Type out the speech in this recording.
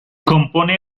compone